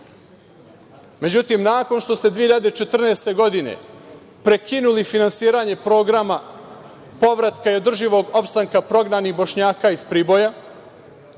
Međutim, nakon što ste 2014. godine prekinuli finansiranje programa povratka i održivog opstanka prognanih Bošnjaka iz Priboja,